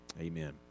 Amen